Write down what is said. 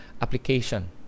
application